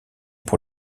pour